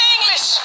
English